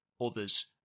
others